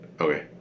Okay